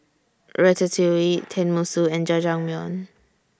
Ratatouille Tenmusu and Jajangmyeon